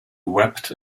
wept